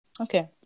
Okay